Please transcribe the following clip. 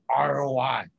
ROI